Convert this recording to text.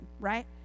right